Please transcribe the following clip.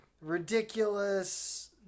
ridiculous